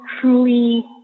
truly